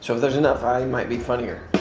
so if there's enough i might be funnier?